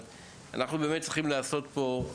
אנחנו באמת צריכים לעשות פה משהו.